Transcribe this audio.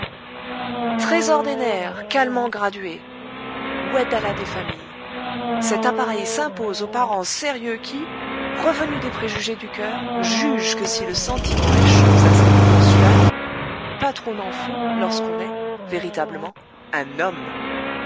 trésor des nerfs calmant gradué oued allah des familles cet appareil s'impose aux parents sérieux qui revenus des préjugés du cœur jugent que si le sentiment est chose à ses moments suave pas trop n'en faut lorsqu'on est véritablement un homme